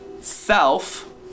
self